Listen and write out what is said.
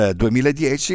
2010